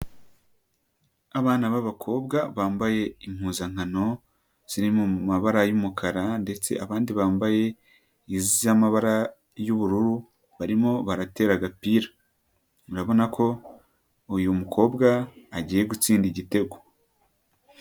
Abana b'abakobwa bambaye impuzankano, ziri mu mabara y'umukara ndetse abandi bambaye iz'amabara y'ubururu, barimo baratera agapira. Urabona ko uyu mukobwa agiye gutsinda igitego.